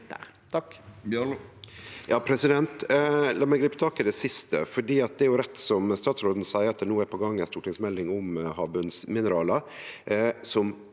Takk